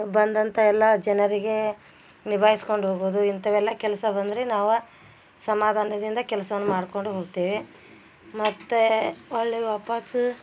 ಬಂದಂಥ ಎಲ್ಲಾ ಜನರಿಗೆ ನಿಭಾಯಿಸ್ಕೊಂಡು ಹೋಗೋದು ಇಂಥವೆಲ್ಲ ಕೆಲಸ ಬಂದರೆ ನಾವು ಸಮಾಧಾನದಿಂದ ಕೆಲ್ಸವನ್ನ ಮಾಡ್ಕೊಂಡು ಹೋಗ್ತೇವೆ ಮತ್ತು ಅಲ್ಲಿ ವಾಪಸ್